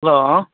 hello